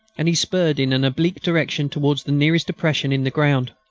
and he spurred in an oblique direction towards the nearest depression in the ground.